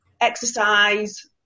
exercise